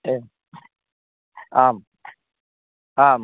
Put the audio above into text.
ए आम् आम्